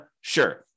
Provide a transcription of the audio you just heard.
Sure